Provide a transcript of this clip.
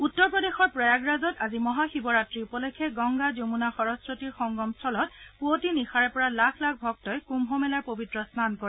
উত্তৰ প্ৰদেশৰ প্ৰয়াগৰাজত আজি মহাশিৱৰাত্ৰি উপলক্ষে গংগা যমুনা সৰস্বতীৰ সংগম স্থলত পুৱতি নিশাৰে পৰা লাখ লাখ ভক্তই কুম্ভমেলাৰ পবিত্ৰ স্নান কৰে